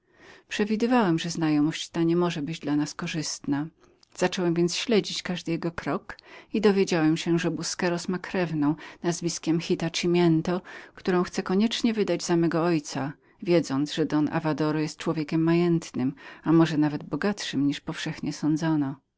przewidywałem że znajomość ta nie może być dla nas korzystną zacząłem więc śledzić każdy jego krok i dowiedziałem się że busqueros miał krewnę nazwiskiem gittę salez którą chciał koniecznie wydać za mego ojca wiedząc że don avadoro był człowiekiem majętnym a może nawet bogatszym niż powszechnie sądzono